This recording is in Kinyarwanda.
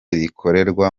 rikorerwa